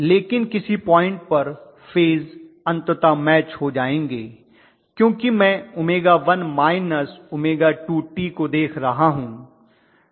लेकिन किसी पॉइंट पर फेज अंततः मैच हो जाएंगे क्योंकि मैं 𝜔1 −𝜔2t को देख रहा हूं